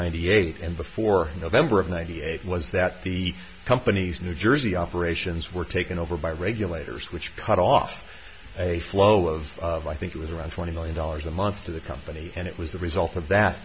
ninety eight and before november of ninety eight was that the company's new jersey operations were taken over by regulators which cut off a flow of i think it was around twenty million dollars a month to the company and it was the result of that